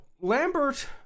Lambert